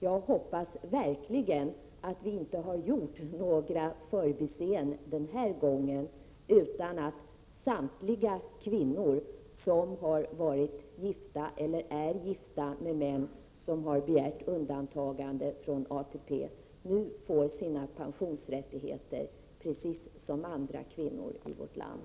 Jag hoppas verkligen att vi inte har gjort några förbiseenden denna gång, utan att samtliga kvinnor som har varit eller är gifta med män som begärt undantagande från ATP nu får sina pensionsrättigheter, precis som andra kvinnor i vårt land.